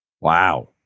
Wow